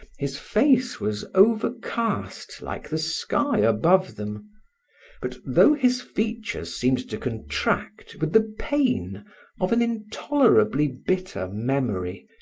his face was overcast like the sky above them but though his features seemed to contract with the pain of an intolerably bitter memory,